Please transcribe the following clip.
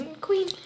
Queen